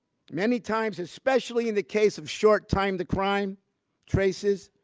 many times, especially in the case of short time-to-crime traces,